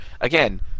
again